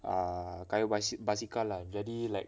err kayuh basikal lah jadi like